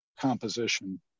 composition